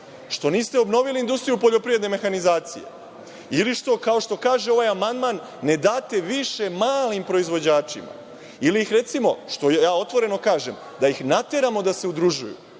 Što niste obnovili industriju poljoprivredne mehanizacije? Kao što kaže ovaj amandman, što ne date više malim proizvođačima ili, recimo, ja otvoreno kažem, da ih nateramo da se udruže,